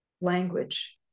language